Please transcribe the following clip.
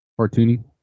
cartoony